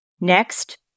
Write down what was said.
Next